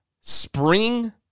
spring